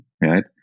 right